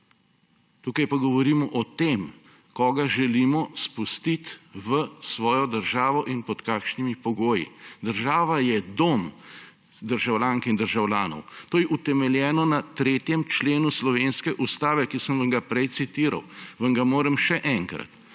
Tukaj pa govorimo o tem, koga želimo spustiti v svojo državo in pod kakšnimi pogoji. Država je dom državljank in državljanov. To je utemeljeno na 3. členu slovenske ustave, ki sem vam ga prej citiral. Vam ga moram še enkrat,